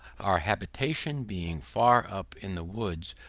our habitation being far up in the woods,